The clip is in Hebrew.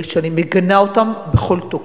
שאני מגנה אותם בכל תוקף.